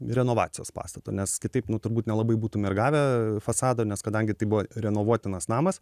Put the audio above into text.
renovacijos pastato nes kitaip nu turbūt nelabai būtume gavę fasadą nes kadangi tai buvo renovuotinas namas